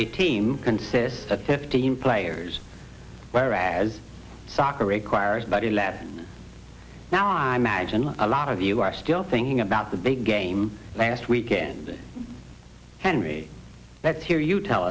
a team consists of fifteen players whereas soccer requires about eleven now i magine a lot of you are still thinking about the big game last weekend henry let's hear you tell